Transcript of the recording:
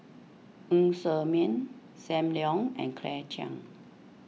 Ng Ser Miang Sam Leong and Claire Chiang